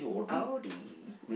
audi